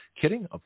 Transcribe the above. kidding